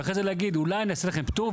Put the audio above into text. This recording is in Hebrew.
ואחריו להגיד: "אולי נעשה לכם פטור,